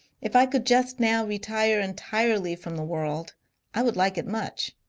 if i could just now retire entirely from the world i would like it much.